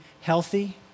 healthy